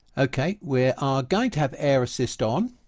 okay we are are going to have air assist on,